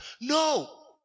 No